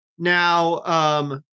Now